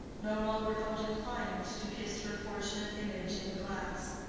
no longer felt inclined to kiss her fortunate image in the glass.